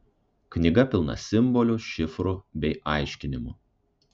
knyga pilna simbolių šifrų bei aiškinimų